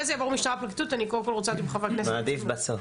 מעדיף בסוף.